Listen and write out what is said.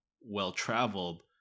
well-traveled